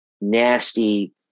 nasty